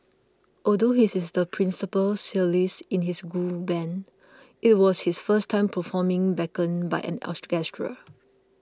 although he is the principal cellist in his school band it was his first time performing backed by an orchestra